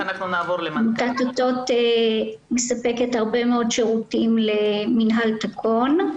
עמותת אותות מספקת הרבה מאוד שירותים למינהל תקון.